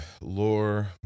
Lore